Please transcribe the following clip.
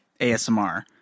asmr